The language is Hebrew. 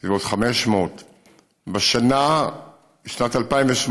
היה בסביבות 500. בשנת 2008,